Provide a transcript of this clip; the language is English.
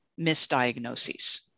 misdiagnoses